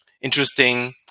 interesting